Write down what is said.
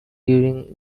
during